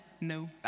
No